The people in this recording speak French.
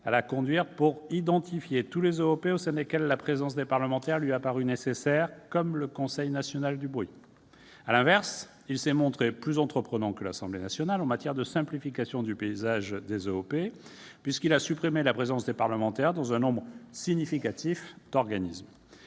a permis d'identifier tous les OEP au sein desquels la présence des parlementaires lui est apparue nécessaire, comme le Conseil national du bruit. À l'inverse, il s'est montré plus entreprenant que l'Assemblée nationale en matière de simplification du paysage des OEP, puisqu'il a supprimé la présence des parlementaires dans un nombre significatif d'organismes.